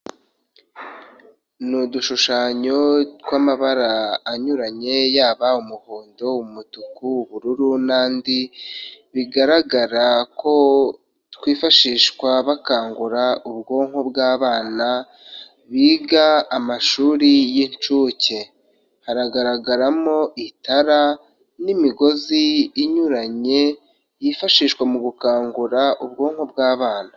Ni udushushanyo tw'amabara anyuranye, yaba umuhondo, umutuku, ubururu n'andi, bigaragara ko twifashishwa bakangura ubwonko bw'abana biga amashuri y'incuke, hagaragaramo itara n'imigozi inyuranye, yifashishwa mu gukangura ubwonko bw'abana.